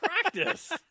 practice